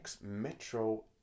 Metro